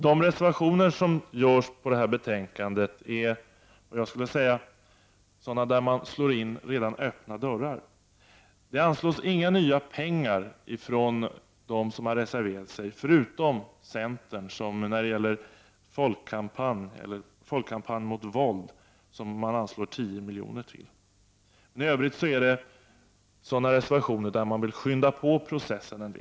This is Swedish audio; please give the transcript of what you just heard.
I reservationerna till detta betänkande tycker jag att man slår in öppna dörrar. Reservanterna vill inte anslå några nya pengar, förutom centern som vill anslå 10 milj.kr. till folkkampanjen mot våld. I övriga reservationer vill man påskynda processen.